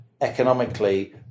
economically